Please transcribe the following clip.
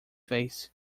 face